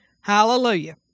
Hallelujah